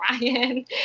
Ryan